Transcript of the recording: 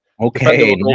Okay